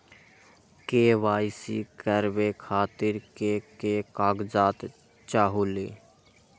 KYC करवे खातीर के के कागजात चाहलु?